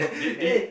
did it did it